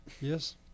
Yes